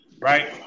right